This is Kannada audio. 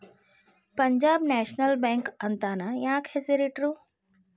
ಪಂಜಾಬ್ ನ್ಯಾಶ್ನಲ್ ಬ್ಯಾಂಕ್ ಅಂತನ ಯಾಕ್ ಹೆಸ್ರಿಟ್ರು?